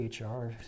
HR